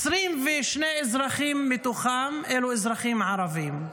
22 אזרחים מהם הם אזרחים ערבים,